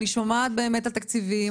אני שומעת על תקציבים,